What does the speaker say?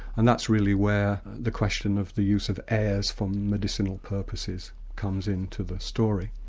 and that's really where the question of the use of airs for medicinal purposes, comes into the story.